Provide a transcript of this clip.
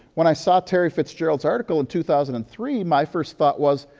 when i saw terry fitzgeraldis article in two thousand and three, my first thought was,